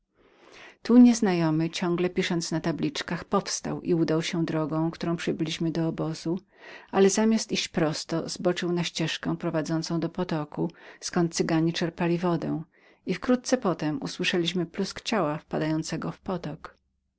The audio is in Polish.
tu nieznajomy ciągle pisząc na tabliczkach powstał i udał się drogą którą przybyliśmy do obozu ale zamiast iść prosto zboczył na ścieżkę prowadzącą do potoku gdzie cyganie czerpali wodę i wkrótce potem usłyszeliśmy plusk ciała wpadającego w potok